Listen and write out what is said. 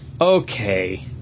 Okay